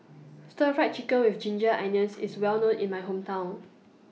Stir Fried Chicken with Ginger Onions IS Well known in My Hometown